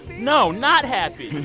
no, not happy.